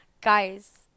guys